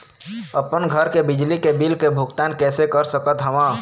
अपन घर के बिजली के बिल के भुगतान कैसे कर सकत हव?